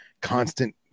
constant